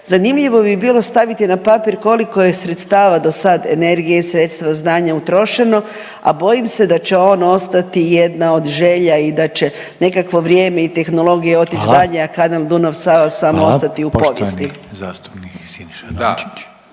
Zanimljivo bi bilo staviti na papir koliko je sredstava do sad energije, sredstva znanja utrošeno, a bojim se da će on ostati jedna od želja i da će nekakvo vrijeme i tehnologije …/Upadica Reiner: Hvala./… otić dalje,